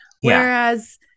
Whereas